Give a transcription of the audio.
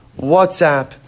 WhatsApp